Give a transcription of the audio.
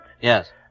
Yes